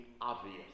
obvious